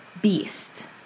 beast